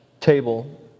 table